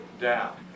down